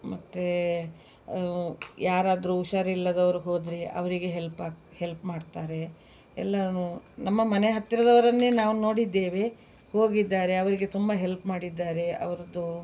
ಮತ್ತು ಯಾರಾದ್ರೂ ಹುಷಾರಿಲ್ಲದವ್ರು ಹೋದರೆ ಅವರಿಗೆ ಹೆಲ್ಪ್ ಆಗಿ ಹೆಲ್ಪ್ ಮಾಡ್ತಾರೆ ಎಲ್ಲನೂ ನಮ್ಮ ಮನೆ ಹತ್ತಿರದವರನ್ನೇ ನಾವು ನೋಡಿದ್ದೇವೆ ಹೋಗಿದ್ದಾರೆ ಅವರಿಗೆ ತುಂಬ ಹೆಲ್ಪ್ ಮಾಡಿದ್ದಾರೆ ಅವರದ್ದು